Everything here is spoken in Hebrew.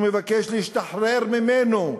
הוא מבקש להשתחרר ממנו,